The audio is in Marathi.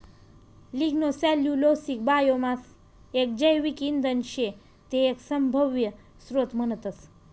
लिग्नोसेल्यूलोसिक बायोमास एक जैविक इंधन शे ते एक सभव्य स्त्रोत म्हणतस